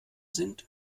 sind